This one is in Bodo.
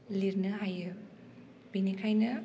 लिरनो हायो बेनिखायनो